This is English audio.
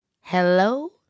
Hello